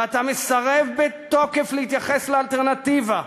ואתה מסרב בתוקף להתייחס לאלטרנטיבה.